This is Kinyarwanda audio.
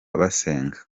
basenga